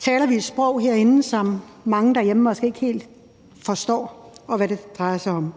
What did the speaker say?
taler vi et sprog herinde, som mange derhjemme måske ikke helt forstår, i forhold til hvad det drejer sig om.